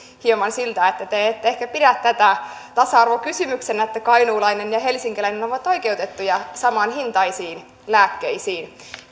hieman siltä että te ette ehkä pidä tätä tasa arvokysymyksenä että kainuulainen ja helsinkiläinen ovat oikeutettuja samanhintaisiin lääkkeisiin